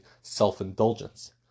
self-indulgence